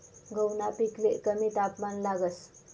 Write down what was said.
गहूना पिकले कमी तापमान लागस